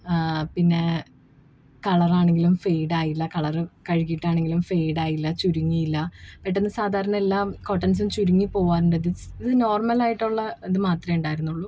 പിന്നെ കളറാണെങ്കിലും ഫെയ്ഡായില്ല കളർ കഴുകിയിട്ടാണെങ്കിലും ഫെയ്ഡായില്ല ചുരുങ്ങിയില്ല പെട്ടെന്നു സാധാരണ എല്ലാം കോട്ടൺസും ചുരുങ്ങി പോകാറുണ്ട് ദിസ് ഇതു നോർമലായിട്ടുള്ള ഇത് മാത്രമേയുണ്ടായിരുന്നുള്ളു